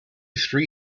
three